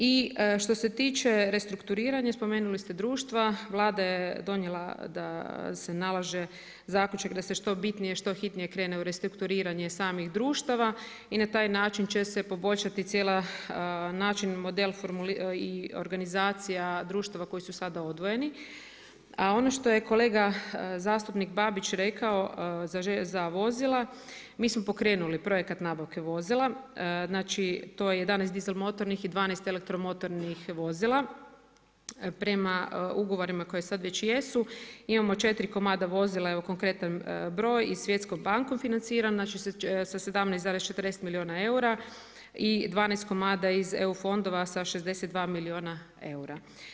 I što se tiče restrukturiranja, spomenuli ste društva, Vlada je donijela da se nalaže zaključak, da se što bitnije, što hitnije krene u restrukturiranje samih društava i na taj način će se poboljšati cijela, način model i organizacija društava koje su sada odvojeni, a ono što je kolega zastupnik Babić rekao za vozila, mi smo pokrenuli projekat nabavke vozila, znači, to je 11 dizel motornih i 12 elektromotornih vozila, prema ugovorima koje sad već jesu, imamo 4 komada vozila, evo konkretan broj i Svjetsku banku financira, znači sa 17,40 milijuna eura i 12 komada iz EU fondova sa 62 milijuna eura.